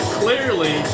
clearly